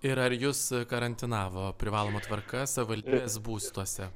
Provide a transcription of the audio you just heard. ir ar jus karantinavo privaloma tvarka savivaldybės būstuose